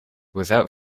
without